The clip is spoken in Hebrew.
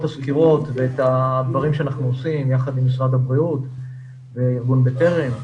את הסקירות והדברים שאנחנו עושים יחד עם משרד הבריאות וארגון בטרם.